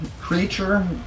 creature